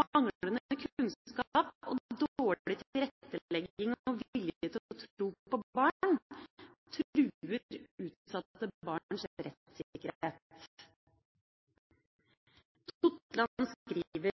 manglende kunnskap og dårlig tilrettelegging og vilje til å tro på barn truer utsatte barns rettssikkerhet. Totland skriver: